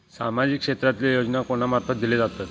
सामाजिक क्षेत्रांतले योजना कोणा मार्फत दिले जातत?